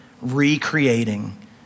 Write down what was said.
recreating